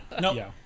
No